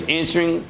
answering